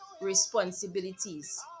responsibilities